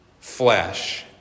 flesh